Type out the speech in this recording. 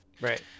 Right